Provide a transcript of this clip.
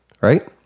right